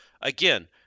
again